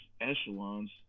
echelons